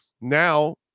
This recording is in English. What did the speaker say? Now